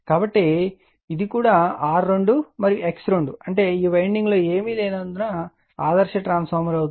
కాబట్టి మరియు ఇది కూడా R2 X2 అంటే ఈ వైండింగ్ లో ఏమీ లేనందున ఆదర్శ ట్రాన్స్ఫార్మర్ అవుతుంది